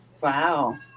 Wow